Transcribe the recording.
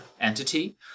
entity